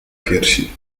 piersi